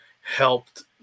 helped